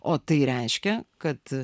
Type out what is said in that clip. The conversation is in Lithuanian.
o tai reiškia kad